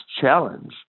challenge